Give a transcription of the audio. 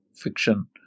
fiction